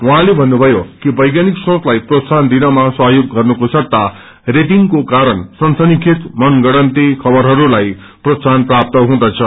उहाँले भन्नुभयो कि वैज्ञानिक सोथलाई प्रोत्साहन दिनमा सहयोग गर्नुको सट्टा रेटिंगको क्वरण सनसनीखेज मनगढ़न्त खबरहरूलाई प्रोत्साहन प्राप्त हुँदछ